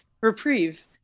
Reprieve